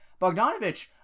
bogdanovich